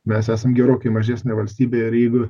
mes esam gerokai mažesnė valstybė ir jeigu